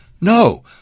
No